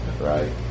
right